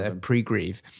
pre-grieve